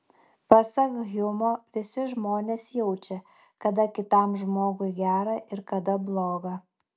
pasak hjumo visi žmonės jaučia kada kitam žmogui gera ir kada bloga